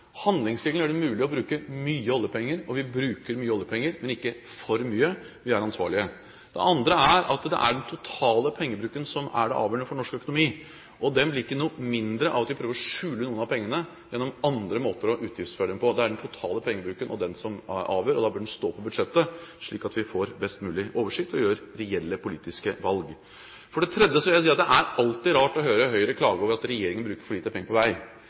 det mulig å bruke mye oljepenger. Vi bruker mye oljepenger, men ikke for mye – vi er ansvarlige. Det andre er at det er den totale pengebruken som er avgjørende for norsk økonomi, og den blir ikke noe mindre av at vi prøver å skjule noen av pengene gjennom andre måter å utgiftsføre dem på. Det er den totale pengebruken som avgjør. Da bør det stå i budsjettet, slik at vi får best mulig oversikt og gjør reelle politiske valg. For det tredje vil jeg si at det alltid er rart å høre Høyre klage over at regjeringen bruker for lite penger på vei.